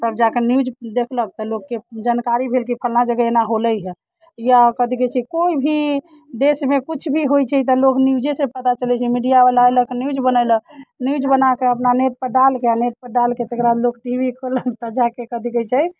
तब जाके न्यूज देखलक तऽ लोककेँ जानकारी भेल कि फलना जगह एना होलै हँ या कथि कहै छै कोइ भी देशमे किछु भी होइ छै तऽ लोक न्यूजे से पता चलैत छै मीडिया बला ऐलक न्यूज बनैलक न्यूज बनाके अपना नेट पे डालिके आ नेट पे डालिके तकरा बाद लोग टी वी खोललक तऽ जाके कथि कहै छै